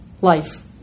life